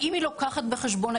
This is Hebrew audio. האם היא לוקחת בחשבון,